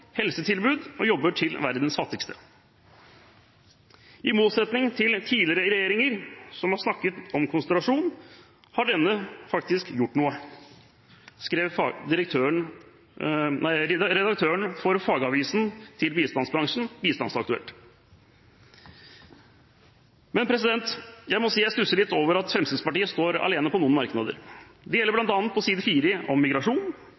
helsetilbud og jobber til verdens fattigste. «I motsetning til tidligere regjeringer som har snakket om konsentrasjon, har denne faktisk gjort noe.» Dette skrev redaktøren for fagavisen til bistandsbransjen, Bistandsaktuelt. Men jeg må si jeg stusser litt over at Fremskrittspartiet står alene om noen merknader. Det gjelder bl.a. på side 4, om migrasjon,